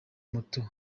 moto